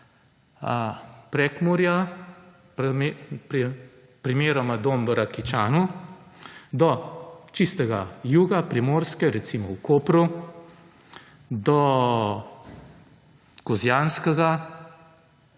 Prekmurja, primeroma dom v Rakičanu do čistega juga, primorske, recimo v Kopru do Kozjanskega,